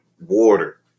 water